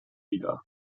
lieder